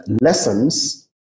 lessons